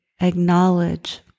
acknowledge